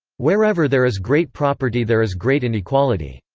wherever there is great property there is great inequality.